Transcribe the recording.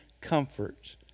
comfort